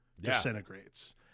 disintegrates